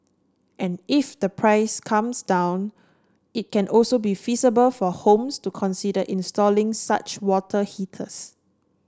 and if the price comes down it can also be feasible for homes to consider installing such water heaters